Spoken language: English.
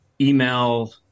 email